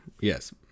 Yes